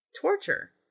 Torture